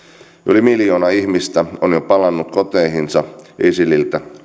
yli miljoona ihmistä on jo palannut koteihinsa isililtä